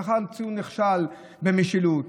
לאחר ציון נכשל במשילות,